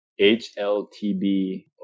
hltb